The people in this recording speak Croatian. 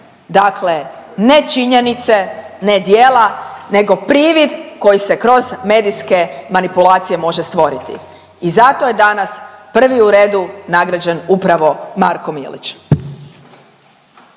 dakle ne činjenice, ne djela, nego privid koji se kroz medijske manipulacije može stvoriti. I zato je danas prvi u redu nagrađen upravo Marko Milić.